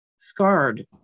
Scarred